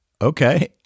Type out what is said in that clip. Okay